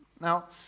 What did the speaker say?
Now